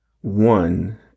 one